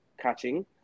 catching